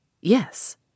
Yes